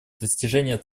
достижения